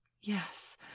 Yes